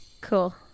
Cool